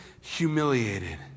humiliated